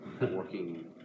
working